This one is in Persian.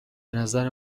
بنظر